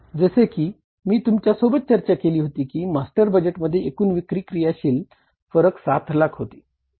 जसे कि मी तुमच्या सोबत चर्चा केली होती की मास्टर बजेटमध्ये एकूण विक्री क्रियाशील फरक 7 लाख होती